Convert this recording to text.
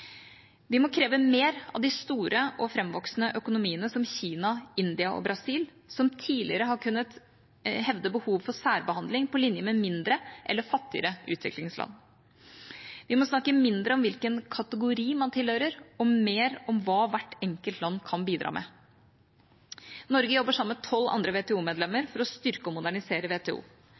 Vi må kreve mer av de store og framvoksende økonomiene, som Kina, India og Brasil, som tidligere har kunnet hevde behov for særbehandling på linje med mindre eller fattigere utviklingsland. Vi må snakke mindre om hvilken kategori man tilhører, og mer om hva hvert enkelt land kan bidra med. Norge jobber sammen med tolv andre WTO-medlemmer for å styrke og modernisere WTO.